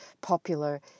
popular